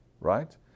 right